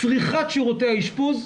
צריכת שירותי האשפוז,